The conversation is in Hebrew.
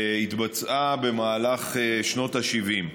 התבצעה במהלך שנות ה-70.